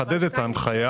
לחדד את ההנחיה,